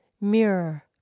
Mirror